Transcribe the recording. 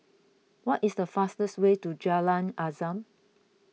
what is the fastest way to Jalan Azam